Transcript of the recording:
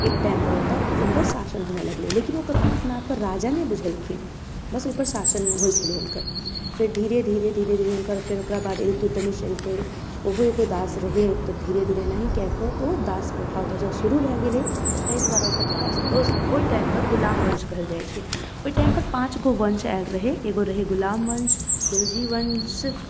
एक टाइमपर ओतऽ हुनकर शासन हुअ लगलै लेकिन ओ कखनो अपना आपके राजा नहि बुझलखिन बस ओतऽ शासन होइ छलै हुनकर फेर धीरे धीरे धीरे धीरे हुनकर फेर ओकरा बाद इल्तुतमिश अयलकै ओहो एगो दास रहै तब धीरे धीरे एनाही कए कऽ ओ दास प्रथा जब शुरू भऽ गेलै तै दुआरे ओतुक्का ओइटाइम के गुलाम वंश कहल जाइ छै पाँच गो वंश आयल रहै एगो रहै गुलाम वंश खिलजी वंश